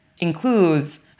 includes